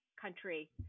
country